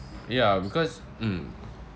ya because mm